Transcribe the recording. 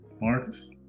Marcus